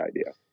idea